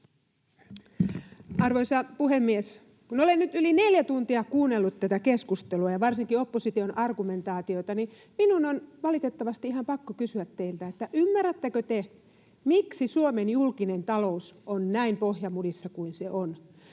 Arvoisa puhemies! Kun olen nyt yli neljä tuntia kuunnellut tätä keskustelua ja varsinkin opposition argumentaatiota, niin minun on valitettavasti ihan pakko kysyä teiltä: Ymmärrättekö te, miksi Suomen julkinen talous on näin pohjamudissa kuin se on?